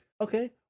okay